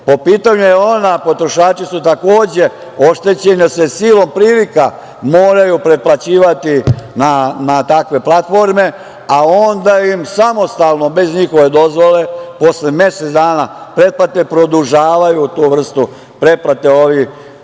pitanju „EON“-a potrošači su takođe oštećeni, jer se silom prilika moraju pretplaćivati na takve platforme, a onda im samostalno, bez njihove dozvole, posle mesec dana pretplate produžavaju tu vrstu pretplate ovi